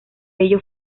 ello